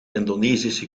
indonesische